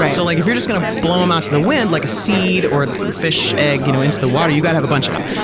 so, like if you're just going to blow them out to the wind like a seed or a fish egg you know into the water, you gotta have a bunch of them.